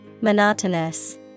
monotonous